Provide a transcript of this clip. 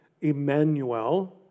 Emmanuel